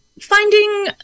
finding